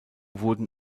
wurden